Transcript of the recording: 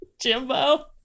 Jimbo